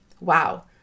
wow